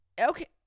Okay